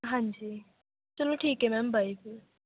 ਹਾਂਜੀ ਚਲੋ ਠੀਕ ਹੈ ਮੈਮ ਬਾਏ ਫਿਰ